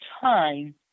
time